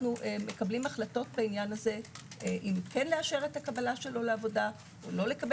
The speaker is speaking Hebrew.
אנחנו מקבלים החלטות בעניין הזה אם כן לאשר את קבלו לעבודה או לא.